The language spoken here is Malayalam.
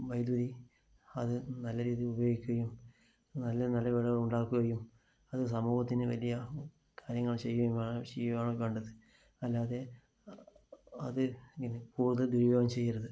വൈദ്യുതി അത് നല്ല രീതിയില് ഉപയോഗിക്കുകയും നല്ല വല്ല വിളവുകളുണ്ടാക്കുകയും അത് സമൂഹത്തിന് വലിയ കാര്യങ്ങള് ചെയ്യുകയും ചെയ്യുകയാണ് വേണ്ടത് അല്ലാതെ അത് കൂടുതല് ദുരുപയോഗം ചെയ്യരുത്